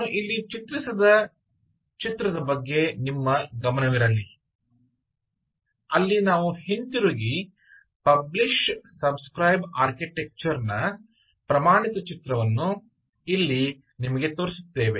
ನಾನು ಇಲ್ಲಿ ಚಿತ್ರಿಸಿದ ಚಿತ್ರದ ಬಗ್ಗೆ ನಿಮ್ಮ ಗಮನವಿರಲಿ ಅಲ್ಲಿ ನಾವು ಹಿಂತಿರುಗಿ ಪಬ್ಲಿಶ್ ಸಬ್ ಸ್ಕ್ರೈಬ್ ಆರ್ಕಿಟೆಕ್ಚರ್ ನ ಪ್ರಮಾಣಿತ ಚಿತ್ರವನ್ನು ಈ ಚಿತ್ರದಲ್ಲಿ ನಿಮಗೆ ತೋರಿಸುತ್ತೇವೆ